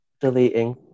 deleting